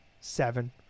seven